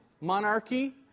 monarchy